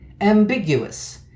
Ambiguous